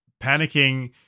panicking